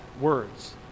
words